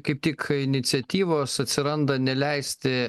kaip tik iniciatyvos atsiranda neleisti